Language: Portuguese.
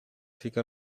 fica